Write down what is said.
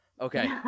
Okay